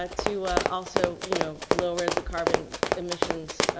ah to, ah, also, you know, lowered the carbon emissions,